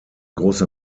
große